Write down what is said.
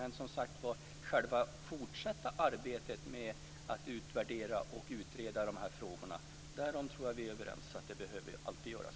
Men som sagt var tror jag att vi är överens om att vi behöver fortsätta arbetet med att utvärdera och utreda dessa frågor.